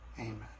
Amen